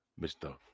Mr